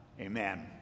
Amen